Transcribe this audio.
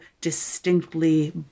distinctly